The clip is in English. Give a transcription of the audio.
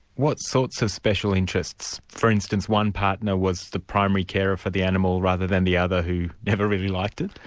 what sorts of special interests? for instance, one partner was the primary carer for the animal rather than the other who never really liked it?